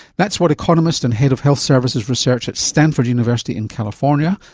that's what economist and head of health services research at stanford university in california,